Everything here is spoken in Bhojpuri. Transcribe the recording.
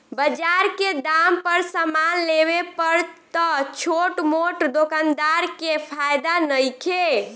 बजार के दाम पर समान लेवे पर त छोट मोट दोकानदार के फायदा नइखे